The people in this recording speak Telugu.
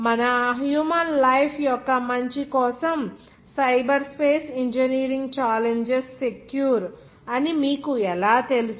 మన హ్యూమన్ లైఫ్ యొక్క మంచి కోసం cyber space engineering challenges secure అని మీకు ఎలా తెలుసు